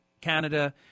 Canada